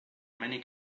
many